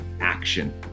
action